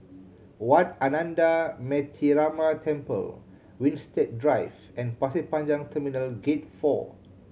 Wat Ananda Metyarama Temple Winstedt Drive and Pasir Panjang Terminal Gate Four